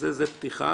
זו פתיחה,